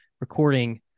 recording